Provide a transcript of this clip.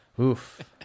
oof